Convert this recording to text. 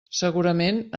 segurament